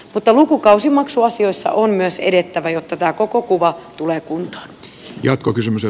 mutta lukukausimaksuasioissa on myös edettävä jotta tämä koko kuva tulee kuntoon